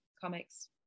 comics